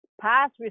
past